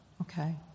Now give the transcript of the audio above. Okay